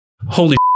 holy